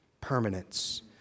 Permanence